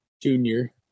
Junior